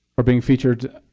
for being featured